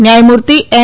ન્યાયમૂર્તિ એન